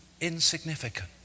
insignificant